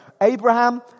Abraham